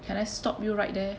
can I stop you right there